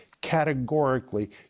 categorically